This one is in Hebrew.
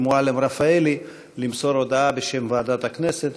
מועלם-רפאלי למסור הודעה בשם ועדת הכנסת.